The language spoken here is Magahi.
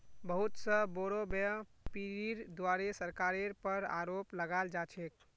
बहुत स बोरो व्यापीरीर द्वारे सरकारेर पर आरोप लगाल जा छेक